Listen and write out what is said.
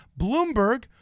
Bloomberg